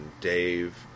Dave